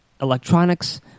electronics